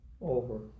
over